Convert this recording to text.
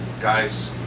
guys